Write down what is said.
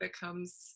becomes